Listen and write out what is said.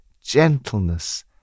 gentleness